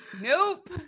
nope